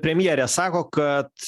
premjerė sako kad